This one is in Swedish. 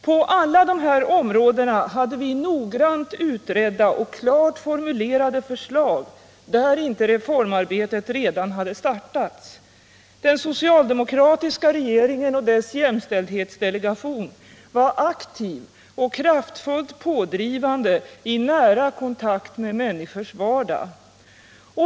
På alla de här områdena hade vi noggrant utredda och klart formulerade förslag — där reformarbetet inte redan påbörjats. Den socialdemokratiska regeringen och dess jämställdhetsdelegation var aktiv och kraftfullt pådrivande i nära kontakt med människors vardag.